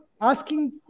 asking